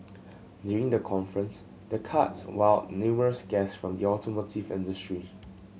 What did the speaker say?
during the conference the karts wowed numerous guests from the automotive industry